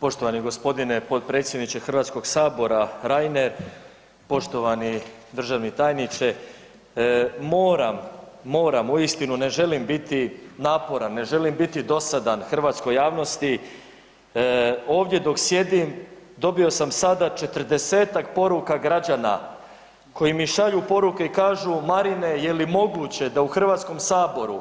Poštovani gospodine potpredsjedniče Hrvatskog sabora Reiner, poštovani državni tajniče, moram, moram uistinu ne želim biti naporan, ne želim biti dosadan hrvatskoj javnosti, ovdje dok sjedim dobio sam sada 40-tak poruka građana koji mi šalju poruke i kažu Marine je li moguće da u Hrvatskom saboru,